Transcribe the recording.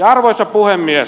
arvoisa puhemies